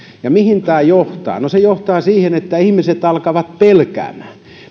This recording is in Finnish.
ja mihin tämä johtaa no se johtaa siihen että ihmiset alkavat pelkäämään